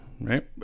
Right